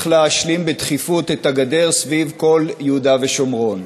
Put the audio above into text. להשלים בדחיפות את הגדר סביב כל יהודה ושומרון.